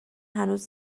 هنوز